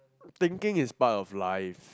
thinking is part of life